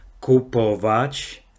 kupować